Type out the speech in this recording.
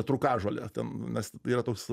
trūkažolė ten nes yra toks